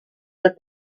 with